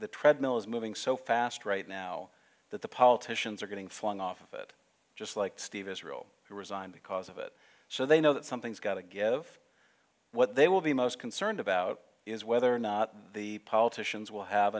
e treadmill is moving so fast right now that the politicians are getting flung off it just like steve israel who resigned because of it so they know that something's got to give what they will be most concerned about is whether or not the politicians will have